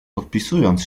podpisując